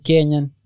Kenyan